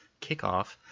kickoff